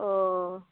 अह